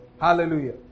Hallelujah